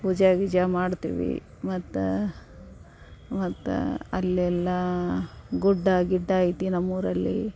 ಪೂಜೆ ಗೀಜೆ ಮಾಡ್ತೀವಿ ಮತ್ತು ಮತ್ತು ಅಲ್ಲೆಲ್ಲ ಗುಡ್ಡ ಗಿಡ್ಡ ಐತಿ ನಮ್ಮ ಊರಲ್ಲಿ